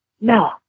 no